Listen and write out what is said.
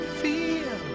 feel